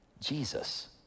Jesus